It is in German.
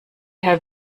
herr